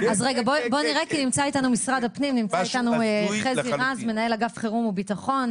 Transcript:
משהו הזוי לחלוטין.